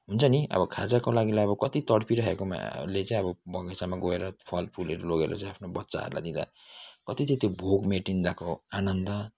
हुन्छ नि अब खाजाको लागि लाई अब कति तड्पिरहेकोमा ले चाहिँ अब बगैँचामा गएर फलफुलहरू लगेर चाहिँ आफ्नो बच्चाहरूलाई दिँदा कति चाहिँ त्यो भोक मेटिँदाको आनन्द